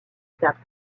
étapes